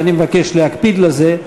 ואני מבקש להקפיד על זה,